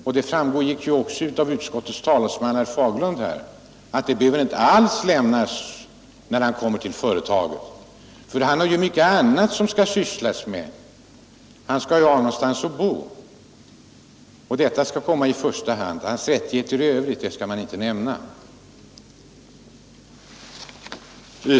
Detta framgick också av vad utskottets talesman, herr Fagerlund, sade, nämligen att sådana upplysningar inte alls behöver lämnas när invandraren kommer till företaget, för då har han så mycket annat som han måste syssla med; han skall ha någonstans att bo, och det skall komma i första hand. Hans rättigheter i övrigt skall man inte nämna.